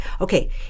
okay